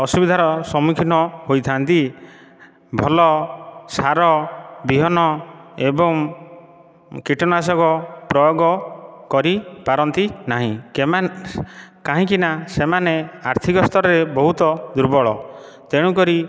ଅସୁବିଧାର ସମ୍ମୁଖୀନ ହୋଇଥା'ନ୍ତି ଭଲ ସାର ବିହନ ଏବଂ କୀଟନାଶକ ପ୍ରୟୋଗ କରି ପାରନ୍ତି ନାହିଁ କାହିଁକି ନା ସେମାନେ ଆର୍ଥିକ ସ୍ଥରରେ ବହୁତ ଦୁର୍ବଳ ତେଣୁ କରି